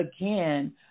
again